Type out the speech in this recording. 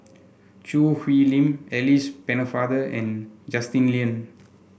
Choo Hwee Lim Alice Pennefather and Justin Lean